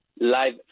live